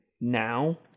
now